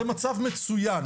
זה מצב מצוין,